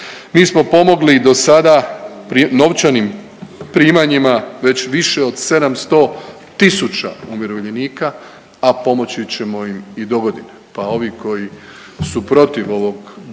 Mi smo pomogli i dosada novčanim primanjima već više od 700 tisuća umirovljenika, a pomoći ćemo im i dogodine, pa ovi koji su protiv ovog poreza,